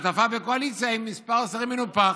שותפה בקואליציה עם מספר שרים מנופח.